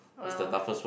well